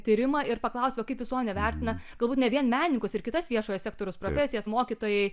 tyrimą ir paklausti va kaip visuomenė vertina galbūt ne vien menininkus ir kitas viešojo sektoriaus profesijas mokytojai